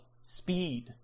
speed